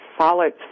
solid